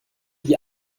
die